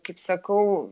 kaip sakau